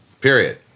Period